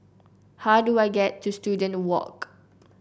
how do I get to Student Walk